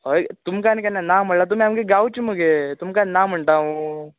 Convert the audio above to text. हय तुमका आनी केन्ना ना म्हळां तुमी आमगे गांवची मगे तुमका आनी ना म्हणटा हांवू